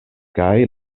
kaj